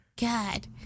God